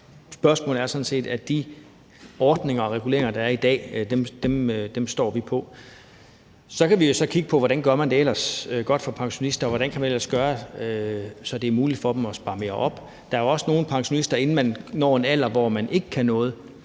det spørgsmål står vi fast på de ordninger og reguleringer, der er i dag. Så kan vi jo kigge på, hvordan man ellers gør det godt for pensionister, og hvordan man ellers kan gøre det, så det er muligt for dem at spare mere op. Der er jo også nogle pensionister, der, inden man når en alder, hvor man ikke kan noget